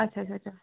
اچھا اچھا اچھا